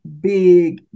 big